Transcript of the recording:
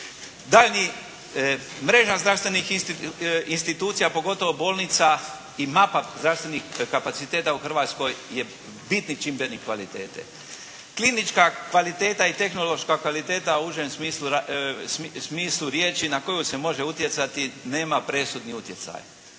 Sabora. Mreža zdravstvenih institucija pogotovo bolnica i mapa zdravstvenih kapaciteta u Hrvatskoj je bitni čimbenik kvalitete. Klinička kvaliteta i tehnološka kvaliteta u užem smislu riječi na koju se može utjecati nema presudni utjecaj.